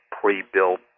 pre-built